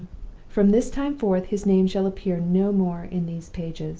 from this time forth, his name shall appear no more in these pages.